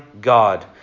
god